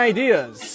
Ideas